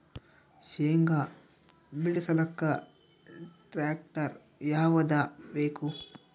ಶೇಂಗಾ ಬಿಡಸಲಕ್ಕ ಟ್ಟ್ರ್ಯಾಕ್ಟರ್ ಯಾವದ ಬೇಕು?